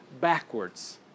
backwards